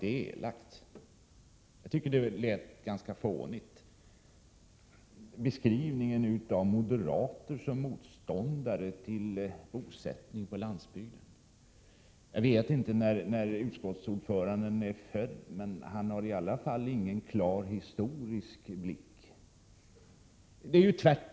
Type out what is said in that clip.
Den första avdelningen, med hans beskrivning av moderater som motståndare till bosättning på landsbygden, var däremot inte elak utan ganska fånig. Jag vet inte när utskottsordföranden är född, men han har i alla fall ingen klar historisk blick.